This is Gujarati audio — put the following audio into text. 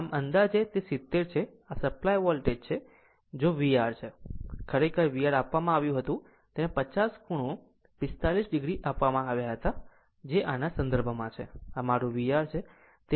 આમ અંદાજે તે 70 છે આ સપ્લાય વોલ્ટેજ છે જો VR VR છે ખરેખર તે VR આપવામાં આવ્યું હતું તેને 50 ખૂણો 45 o આપવામાં આવ્યા હતા જે આના સંદર્ભમાં છે આમ આ મારું VR છે